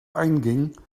einging